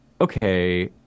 okay